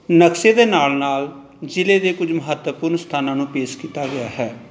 ਨਕਸ਼ੇ ਦੇ ਨਾਲ ਨਾਲ ਜ਼ਿਲ੍ਹੇ ਦੇ ਕੁਝ ਮਹੱਤਵਪੂਰਨ ਸਥਾਨਾਂ ਨੂੰ ਪੇਸ਼ ਕੀਤਾ ਗਿਆ ਹੈ